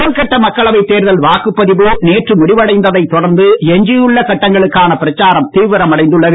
முதல்கட்ட மக்களவை தேர்தல் வாக்குப்பதிவு நேற்று முடிவடைந்த்தைத் தொடர்ந்து எஞ்சியுள்ள கட்டங்களுக்கான பிரச்சாரம் தீவிரமடைந்துள்ளது